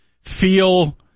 feel